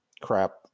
crap